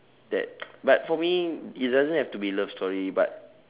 that but for me it doesn't have to be love story but